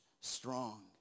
strong